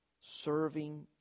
Serving